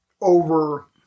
over